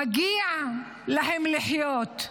מגיע להם לחיות,